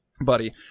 buddy